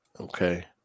okay